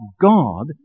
God